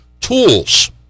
tools